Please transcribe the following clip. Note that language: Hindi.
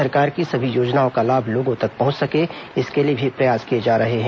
सरकार की सभी योजनाओं का लाभ लोगों तक पहंच सके इसके लिए भी प्रयास किए जा रहे हैं